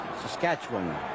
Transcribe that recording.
Saskatchewan